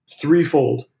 threefold